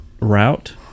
route